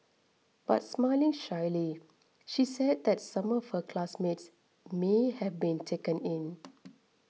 but smiling shyly she said that some of her classmates may have been taken in